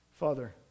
Father